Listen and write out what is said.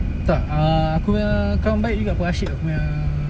tak err aku punya kawan baik juga tu asyik punya err